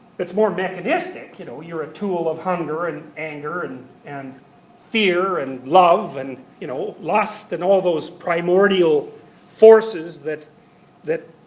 it's more mechanistic. you know, you're a tool of hunger and anger and fear and love, and you know lust and all those primordial forces that that